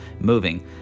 moving